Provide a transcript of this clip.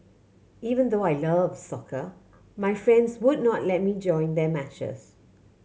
even though I love soccer my friends would not let me join their matches